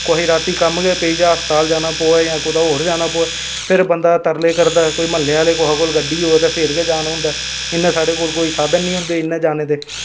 कुसै गी रातीं कम्म गै पेई जा अस्पताल जाना प'वै जां कुदै होर जाना प'वै फिर बंदा तरले करदा ऐ म्हल्लै आह्ले कोल कुसै कोल गड्डी होग ते फिर गै जाना होंदा ऐ इन्ने साढ़े कोल साधन निं होंदे इ'यां जाने दे